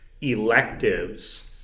electives